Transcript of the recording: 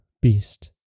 beast